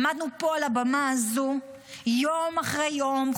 עמדנו פה על הבמה הזו יום אחרי יום,